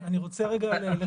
אני רוצה רגע לחזק את דבריכם.